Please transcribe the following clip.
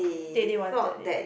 they they wanted it